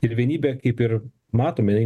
ir vienybė kaip ir matome